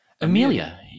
Amelia